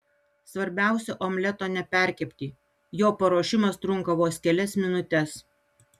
svarbiausia omleto neperkepti jo paruošimas trunka vos kelias minutes